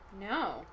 No